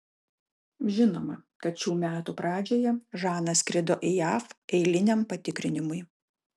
žinoma kad šių metų pradžioje žana skrido į jav eiliniam patikrinimui